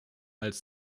als